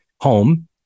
home